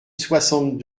soixante